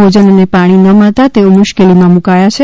ભોજન અને પાણી ન મળતા તેઓ મુશ્કેલીમાં મૂકાઇ ગયા છે